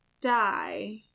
die